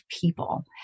people